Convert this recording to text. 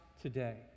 today